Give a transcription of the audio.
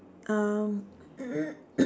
um